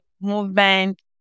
movement